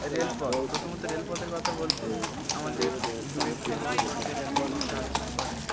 রেলপথ প্রথমত রেলপথের কথা বলতে আমাদের দূরে পরিবহন করতে রেলপথে সাহায্য করে